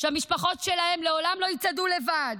שהמשפחות שלהם לעולם לא יצעדו לבד.